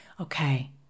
Okay